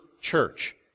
church